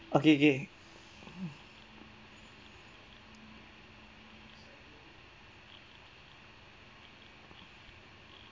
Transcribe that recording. okay okay